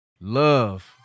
Love